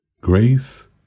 Grace